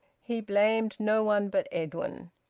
he blamed no one but edwin.